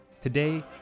Today